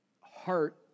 heart